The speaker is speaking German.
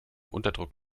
unterdruck